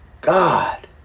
God